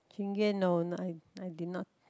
Chingay no not I I did not